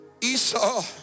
Esau